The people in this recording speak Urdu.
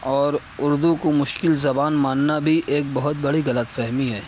اور اردو کو مشکل زبان ماننا بھی ایک بہت بڑی غلط فہمی ہے